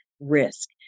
risk